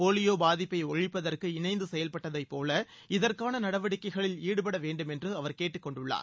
polio பாதிப்ப ஒழிப்பதற்கு இணைந்து செயவ்பட்டதுபோல் இதற்கான நடவடிக்கைகளில் ஈடுபடவேண்டும் என்று அவர் கேட்டுக்கொண்டுள்ளார்